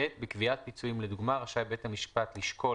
(ב) בקביעת פיצויים לדוגמה רשאי בית המשפט לשקול,